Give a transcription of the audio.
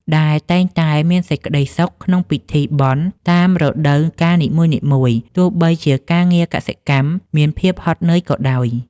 ដែលតែងតែមានសេចក្តីសុខក្នុងពិធីបុណ្យតាមរដូវកាលនីមួយៗ ទោះបីជាការងារកសិកម្មមានភាពហត់នឿយក៏ដោយ។